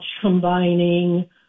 combining